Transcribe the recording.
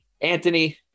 Anthony